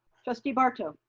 trustee barto.